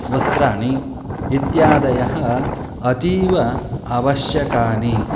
वस्त्राणि इत्यादीनि अतीव आवश्यकानि